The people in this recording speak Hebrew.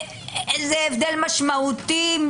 זה הבדל משמעותי,